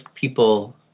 people